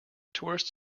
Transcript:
tourists